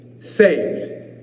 saved